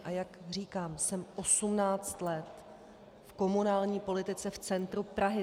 A jak říkám, jsem 18 let v komunální politice v centru Prahy.